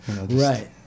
right